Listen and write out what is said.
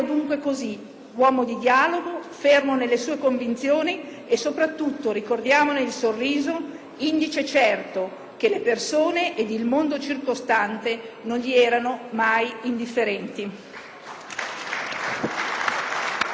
uomo di dialogo, fermo nelle sue convinzioni e soprattutto ricordiamone il sorriso, indice certo che le persone e il mondo circostante non gli erano mai indifferenti.